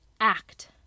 act